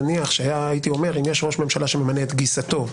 נניח שהייתי אומר שיש ראש ממשלה שממנה את גיסתו,